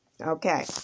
Okay